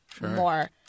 more